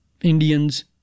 Indians